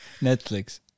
Netflix